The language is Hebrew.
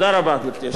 מדבר אתך על הגזירות.